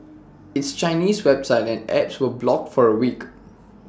its Chinese website and apps were blocked for A week